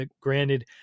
Granted